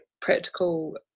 practical